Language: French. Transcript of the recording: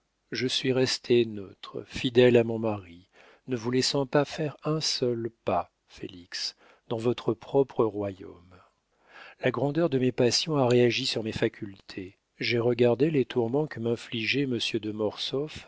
je suis restée neutre fidèle à mon mari ne vous laissant pas faire un seul pas félix dans votre propre royaume la grandeur de mes passions a réagi sur mes facultés j'ai regardé les tourments que m'infligeait monsieur de